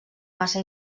massa